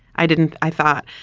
i didn't. i thought.